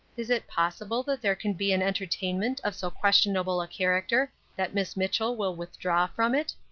is it possible that there can be an entertainment of so questionable a character that miss mitchell will withdraw from it?